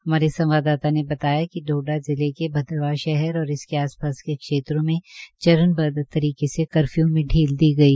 हमारे संवाददाता ने बताया है कि डोडा जिले के भद्रवाहा शहर और इसके आस पास के क्षेत्रों में चरणबद्ध तरीके से कर्फयू में ढील दी गई